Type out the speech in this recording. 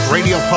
Radio